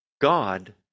God